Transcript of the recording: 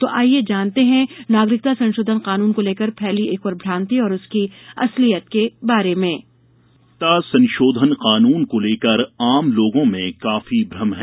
तो आईये आज जानते हैं नागरिकता संशोधन कानून को लेकर फैली एक और भ्रान्ति और उसकी असलियत के बारे में नागरिकता संशोधन कानून को लेकर आम लोगों में काफी भ्रम है